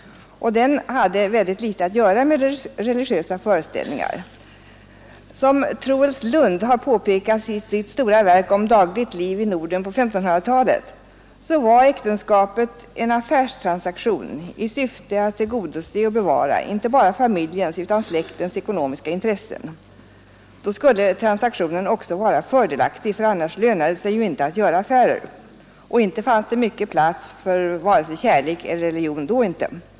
Och den hade mycket litet att göra med religiösa föreställningar. Som Troels Lund påpekar i sitt stora verk om dagligt liv i Norden på 1500-talet, så var äktenskapet en affärstransaktion i syfte att tillgodose och bevara inte bara familjens utan släktens ekonomiska intressen. Då skulle transaktionen också vara fördelaktig, för annars lönade det sig ju inte att göra affärer. Och då fanns det minsann inte mycken plats för vare sig kärlek eller religion.